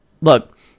look